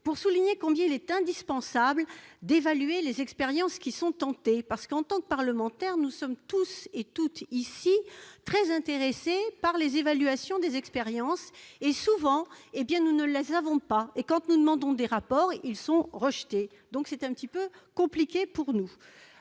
pour souligner combien il est indispensable d'évaluer les expériences qui sont tentées. En effet, en tant que parlementaires, nous sommes tous et toutes très intéressés par les évaluations des expériences. Or, souvent, nous ne disposons pas de ces évaluations, et nos demandes de rapports sont rejetées. C'est donc quelque peu compliqué pour nous.